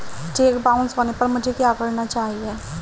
Check bounce होने पर मुझे क्या करना चाहिए?